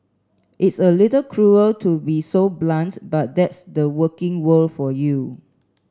it's a little cruel to be so blunt but that's the working world for you